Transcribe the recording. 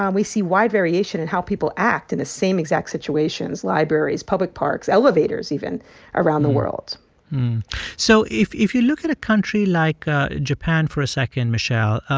um we see wide variation in how people act in the same exact situations libraries, public parks, elevators, even around the world so if if you look at a country like japan for a second, michele,